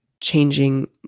changing